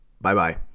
Bye-bye